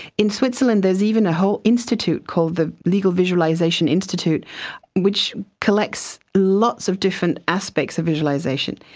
in switzerland there is even a whole institute called the legal visualisation institute which collects lots of different aspects of visualisation.